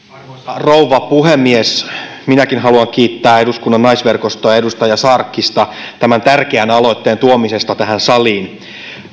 rouva puhemies minäkin haluan kiittää eduskunnan naisverkostoa ja edustaja sarkkista tämän tärkeän aloitteen tuomisesta tähän saliin